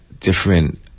Different